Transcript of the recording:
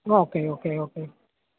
okay okay okay